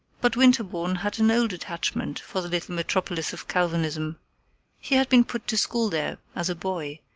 but winterbourne had an old attachment for the little metropolis of calvinism he had been put to school there as a boy,